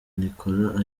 nicolas